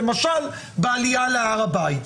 דוגמת העלייה להר הבית.